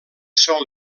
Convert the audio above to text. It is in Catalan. sol